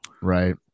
Right